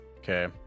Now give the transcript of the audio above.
Okay